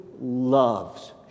loves